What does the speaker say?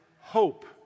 hope